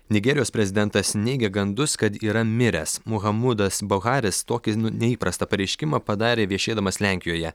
nigerijos prezidentas neigia gandus kad yra miręs muhamudas boharis tokį neįprastą pareiškimą padarė viešėdamas lenkijoje